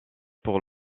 pour